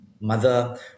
mother